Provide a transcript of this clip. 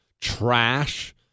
trash